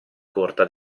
corta